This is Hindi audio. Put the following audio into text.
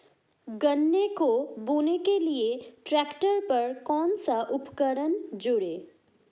गन्ने को बोने के लिये ट्रैक्टर पर कौन सा उपकरण जोड़ें?